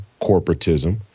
corporatism